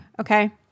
okay